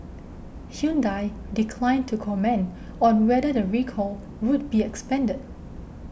Hyundai declined to comment on whether the recall would be expanded